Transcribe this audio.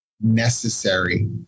necessary